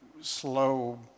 slow